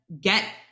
get